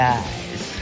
Guys